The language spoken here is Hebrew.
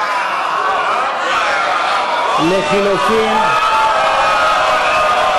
ההסתייגויות (32) לחלופין ג'